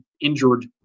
injured